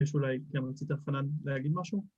יש אולי, כן, רצית חנן, להגיד משהו?